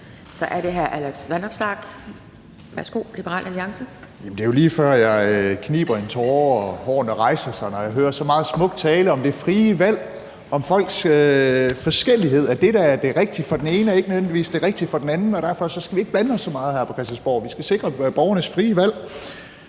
10:29 Alex Vanopslagh (LA): Jamen det er jo lige før, jeg kniber en tåre og hårene rejser sig, når jeg hører så meget smuk tale om det frie valg, om folks forskellighed, og at det, der er det rigtige for den ene, ikke nødvendigvis er det rigtige for den anden, og derfor skal vi ikke blande os så meget her på Christiansborg. Vi skal sikre borgernes frie valg.